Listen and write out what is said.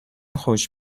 خوش